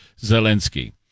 Zelensky